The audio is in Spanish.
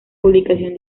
publicación